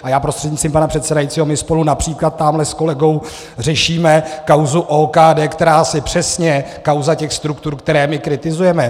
A já, prostřednictvím pana předsedajícího, my spolu například tamhle s kolegou řešíme kauzu OKD, která je přesně kauzou těch struktur, které my kritizujeme.